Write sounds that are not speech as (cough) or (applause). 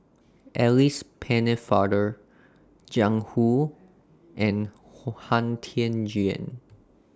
Alice Pennefather Jiang Hu and (hesitation) Han Tan Juan